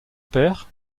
père